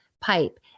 pipe